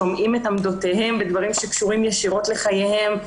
שומעים את עמדותיהם בדברים שקשורים ישירות לחייהם.